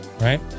right